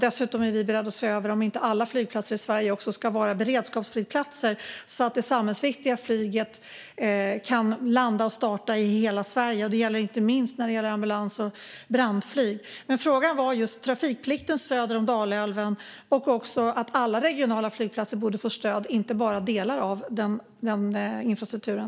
Dessutom är vi beredda att se över om inte alla flygplatser i Sverige ska vara beredskapsflygplatser, så att det samhällsviktiga flyget kan landa och starta i hela Sverige. Det gäller inte minst ambulans och brandflyg. Men frågan gällde just trafikplikten söder om Dalälven och att alla regionala flygplatser borde få stöd, inte bara delar av den infrastrukturen.